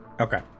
Okay